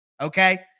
Okay